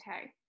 Okay